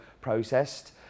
processed